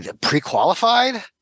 pre-qualified